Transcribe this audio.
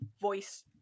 voice